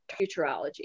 futurology